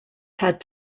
had